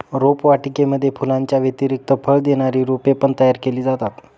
रोपवाटिकेमध्ये फुलांच्या व्यतिरिक्त फळ देणारी रोपे पण तयार केली जातात